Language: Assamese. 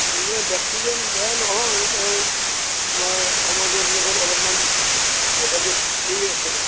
এ ব্যক্তিজন বেয়া নহয় তেওঁ আমাৰ সমাজৰ লগত অলপমান যোগাযোগ কৰি আছে